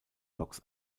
loks